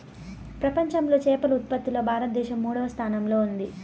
ప్రపంచంలో చేపల ఉత్పత్తిలో భారతదేశం మూడవ స్థానంలో ఉంది